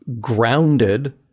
grounded